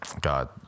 god